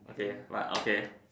okay but okay